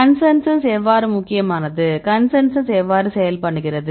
consensus எவ்வாறு முக்கியமானது consensus எவ்வாறு செயல்படுகிறது